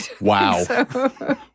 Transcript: Wow